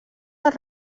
dels